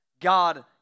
God